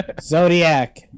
Zodiac